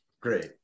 Great